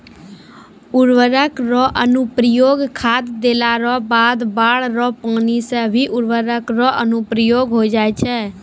उर्वरक रो अनुप्रयोग खाद देला रो बाद बाढ़ रो पानी से भी उर्वरक रो अनुप्रयोग होय जाय छै